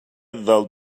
del